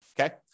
Okay